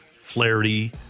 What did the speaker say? Flaherty